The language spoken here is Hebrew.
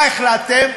מה החלטתם?